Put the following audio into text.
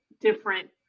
different